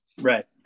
right